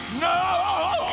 no